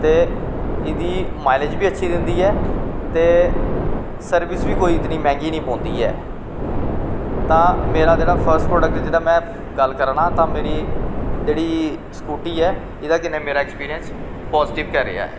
ते इह्दी माईलेज बी अच्छी दिंदी ऐ ते सर्विस बी कोई इतनी मैंह्गी निं पौंदी ऐ तां मेरा जेह्ड़ा फर्स्ट प्रोडक्ट जेह्ड़ा में गल्ल करा ना तां मेरी जेह्ड़ी स्कूटी ऐ एह्दे कन्नै मेरे अक्सपीरियंस पाजिटिव गै रेहा ऐ